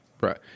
Right